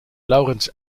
laurens